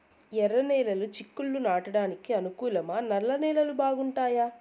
ఎర్రనేలలు చిక్కుళ్లు నాటడానికి అనుకూలమా నల్ల నేలలు బాగుంటాయా